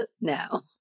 no